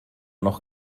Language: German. noch